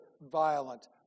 violent